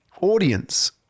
audience